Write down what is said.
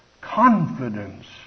confidence